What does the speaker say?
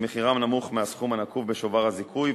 שמחירם נמוך מהסכום הנקוב בשובר הזיכוי,